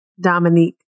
Dominique